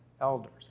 elders